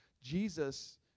Jesus